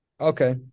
Okay